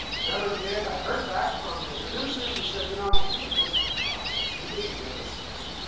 never did. i heard back from the producers, who said, you know, you were just too cautious. you didn't give us enough.